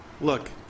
look